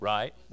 Right